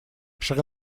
шри